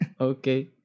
Okay